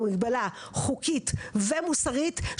המגבלה המוסרית שלי היא גם חוקית אבל היא גם מוסרית,